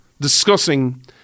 discussing